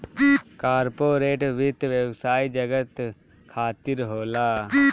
corporate वित्त व्यवसाय जगत खातिर होला